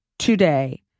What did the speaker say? Today